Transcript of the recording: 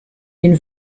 den